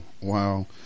wow